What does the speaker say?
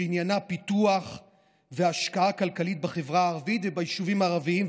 שעניינה פיתוח והשקעה כלכלית בחברה הערבית וביישובים הערביים.